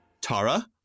Tara